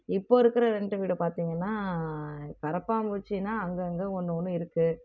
இப்ப இருக்கிற ரெண்ட் வீடு பார்த்திங்கன்னா கரப்பான்பூச்சினால் அங்கங்கே ஒன்று ஒன்று இருக்குது